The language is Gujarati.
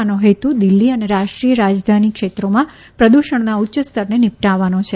આનો હેતુ દિલ્હી અને રાષ્ટ્રીય રાજધાની ક્ષેત્રોમાં પ્રદૃષણના ઉચ્ચસ્તરને નિપટાવાનો છે